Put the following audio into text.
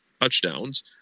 touchdowns